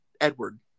Edward